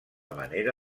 manera